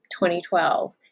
2012